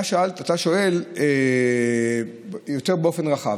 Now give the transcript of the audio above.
אתה שואל באופן יותר רחב.